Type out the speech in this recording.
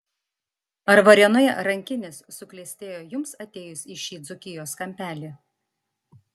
ar varėnoje rankinis suklestėjo jums atėjus į šį dzūkijos kampelį